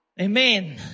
Amen